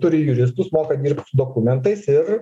turi juristus moka dirbt su dokumentais ir